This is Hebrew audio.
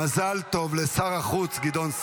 מי שרוצה ללכת בשיטתו של לבן,